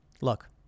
Look